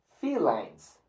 felines